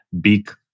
big